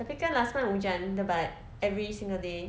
tapi kan last month hujan lebat every single day